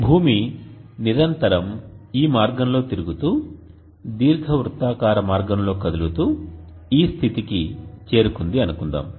భూమి నిరంతరం ఈ మార్గంలో తిరుగుతూ దీర్ఘవృత్తాకార మార్గంలో కదులుతూ ఈ స్థితికి చేరుకుంది అనుకుందాం